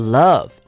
love